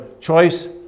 choice